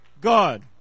God